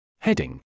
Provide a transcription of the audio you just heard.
Heading